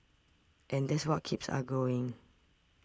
and that's what keeps us going